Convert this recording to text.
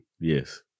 Yes